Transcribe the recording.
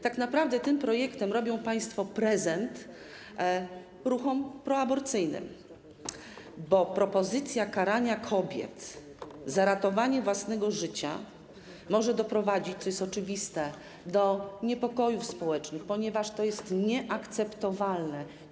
Tak naprawdę tym projektem robią państwo prezent ruchom proaborcyjnym, bo propozycja karania kobiet za ratowanie własnego życia może doprowadzić, co jest oczywiste, do niepokojów społecznych, ponieważ to jest nieakceptowalne.